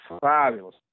fabulous